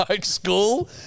school